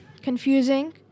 confusing